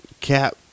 Cap